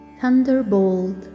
thunderbolt